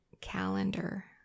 calendar